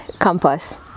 campus